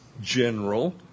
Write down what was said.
general